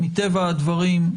מטבע הדברים,